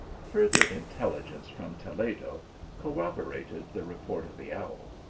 further intelligence from toledo corroborated the report of the owl.